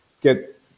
get